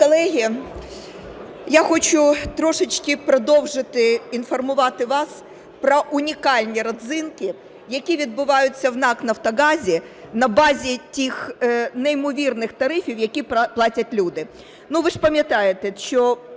Шановні колеги, я хочу трошечки продовжити інформувати вас про унікальні родзинки, які відбуваються в НАК "Нафтогазі" на базі тих неймовірних тарифів, які платять люди. Ви ж пам'ятаєте, що